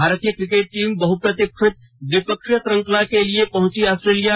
भारतीय cricket team बहुप्रतिक्षित द्विपक्षीय श्रृंखला के लिए पहुंची आस्ट्रेलिया